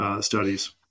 studies